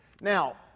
Now